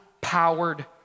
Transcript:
powered